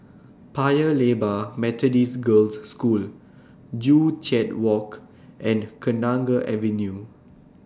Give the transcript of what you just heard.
Paya Lebar Methodist Girls' School Joo Chiat Walk and Kenanga Avenue